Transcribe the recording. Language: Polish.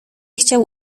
chciał